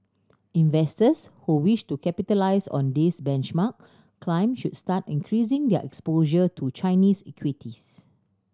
investors who wish to capitalise on this benchmark climb should start increasing their exposure to Chinese equities